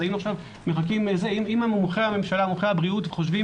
אז היינו עכשיו מחכים אם מומחי הממשלה ומומחי הבריאות חושבים